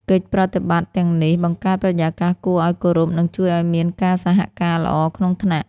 កិច្ចប្រតិបត្តិទាំងនេះ បង្កើតបរិយាកាសគួរឱ្យគោរព និងជួយឲ្យមានការសហការល្អក្នុងថ្នាក់។